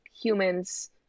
humans